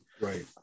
right